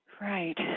Right